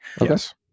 yes